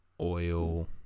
oil